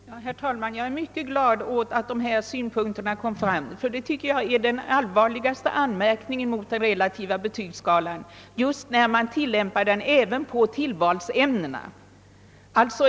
Herr talman! Jag är mycket glad över att dessa synpunkter framförts. Den allvarligaste anmärkningen mot den relativa betygsskalan tycker jag nämligen är att den tillämpas även på tillvalsämnena.